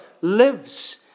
lives